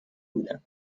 بودم